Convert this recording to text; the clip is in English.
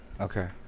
Okay